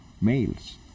males